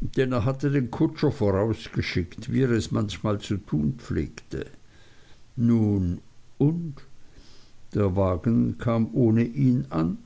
denn er hatte den kutscher vorausgeschickt wie er es manchmal zu tun pflegte nun und der wagen kam ohne ihn an